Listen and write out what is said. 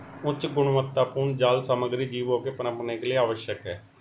उच्च गुणवत्तापूर्ण जाल सामग्री जीवों के पनपने के लिए आवश्यक है